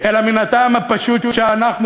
אלא מן הטעם הפשוט שאנחנו,